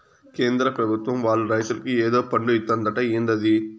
కేంద్ర పెభుత్వం వాళ్ళు రైతులకి ఏదో ఫండు ఇత్తందట ఏందది